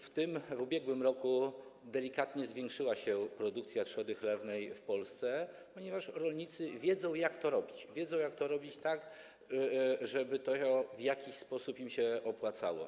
W ubiegłym roku delikatnie zwiększyła się produkcja trzody chlewnej w Polsce, ponieważ rolnicy wiedzą, jak to robić - wiedzą, jak to robić tak, żeby to w jakiś sposób im się opłacało.